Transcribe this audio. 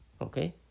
Okay